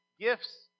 gifts